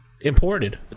imported